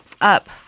up